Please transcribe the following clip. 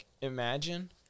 Imagine